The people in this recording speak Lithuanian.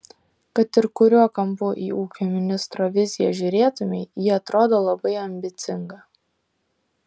kad ir kuriuo kampu į ūkio ministro viziją žiūrėtumei ji atrodo labai ambicinga